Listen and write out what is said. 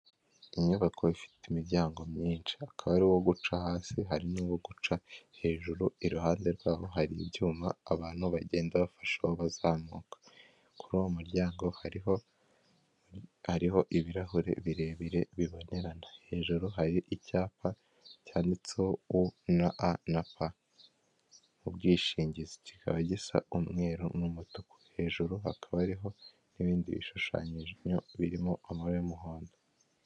Inyubako ifite imiryango myinshi, akaba ari uwo guca hasi hari n’uwo guca hejuru. Iruhande rwabo hari ibyuma abantu bacaho bagenda bazamuka kuri uwo muryango. Hariho ibirahure birebire bibonerana hejuru, hari icyapa cyanditseho "U na A na P UBWISHINGIZI," kikaba gisa umweru n’umutuku. Hejuru hakaba hariho n’ibindi bishushanyo birimo amara y’umuhondo.